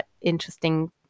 interesting